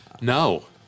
No